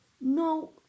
No